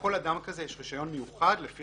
--- לכל אדם כזה יש רישיון מיוחד לפי